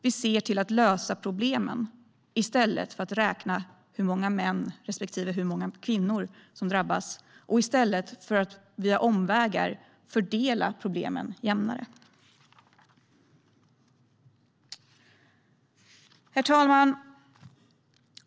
Vi ser till att lösa problemen i stället för att räkna hur många män respektive kvinnor som drabbas och i stället för att via omvägar fördela problemen jämnare. Herr talman!